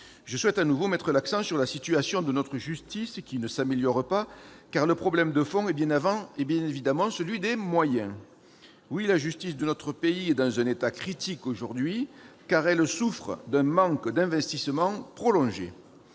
Je souhaite à nouveau mettre l'accent sur la situation de notre justice, qui ne s'améliore pas, et pour cause : le problème de fond est évidemment celui des moyens. Oui, la justice de notre pays est dans un état critique aujourd'hui, car elle souffre d'un manque d'investissement prolongé.